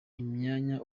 imyanya